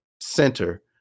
center